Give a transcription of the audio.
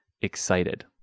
excited